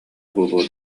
буолуо